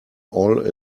all